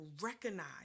recognize